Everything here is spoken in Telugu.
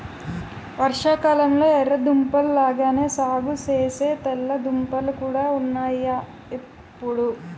వర్షాకాలంలొ ఎర్ర దుంపల లాగానే సాగుసేసే తెల్ల దుంపలు కూడా ఉన్నాయ్ ఇప్పుడు